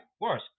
Worse